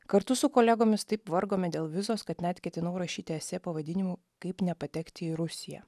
kartu su kolegomis taip vargome dėl vizos kad net ketinau rašyti esė pavadinimu kaip nepatekti į rusiją